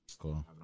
Cool